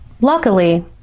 Luckily